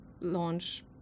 launch